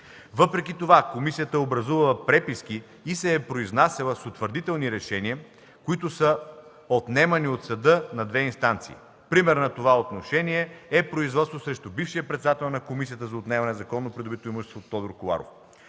Въпреки това комисията е образувала преписки и се е произнасяла с утвърдителни решения, които са отнемани от съда на две инстанции. Пример на това отношение е производството срещу бившия председател на Комисията за отнемане на незаконно придобито имущество Тодор Коларов.